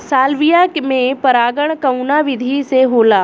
Salvia में परागण कउना विधि से होला?